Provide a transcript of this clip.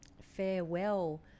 farewell